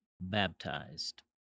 baptized